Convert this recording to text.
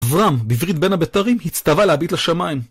אברם, בברית בין הבתרים, הצטווה להביט לשמיים.